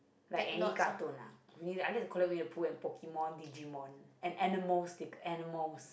like any cartoon ah really I only collect Winnie the pooh and pokemon Digimon and animal sti~ animals